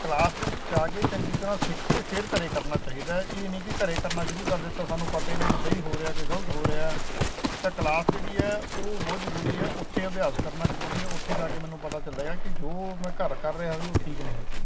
class ਦੇ ਵਿੱਚ ਜਾ ਕੇ ਚੰਗੀ ਤਰ੍ਹਾਂ ਸਿੱਖ ਕੇ ਫੇਰ ਘਰੇ ਕਰਨਾ ਚਾਹੀਦਾ ਇਹ ਨਹੀਂ ਕਿ ਘਰੇ ਕਰਨਾ ਸ਼ੁਰੂ ਕਰ ਦਿੱਤਾ ਸਾਨੂੰ ਪਤਾ ਹੀ ਨਹੀਂ ਵੀ ਸਹੀ ਹੋ ਰਿਹਾ ਕਿ ਗਲਤ ਹੋ ਰਿਹਾ ਤਾ ਕਲਾਸ ਜਿਹੜੀ ਹੈ ਉਹ ਬਹੁਤ ਜਰੂਰੀ ਹੈ ਉੱਥੇ ਅਭਿਆਸ ਕਰਨਾ ਜਰੂਰੀ ਹੈ ਉੱਥੇ ਜਾ ਕੇ ਮੈਨੂੰ ਪਤਾ ਚੱਲਿਆ ਕਿ ਜੋ ਮੈਂ ਘਰ ਕਰ ਰਿਹਾ ਸੀ ਉਹ ਠੀਕ ਨਹੀਂ ਸੀ